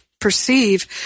perceive